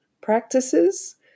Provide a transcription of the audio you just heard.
practices